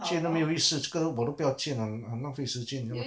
见都没有意思这个我都不要见很恨浪费时间 you know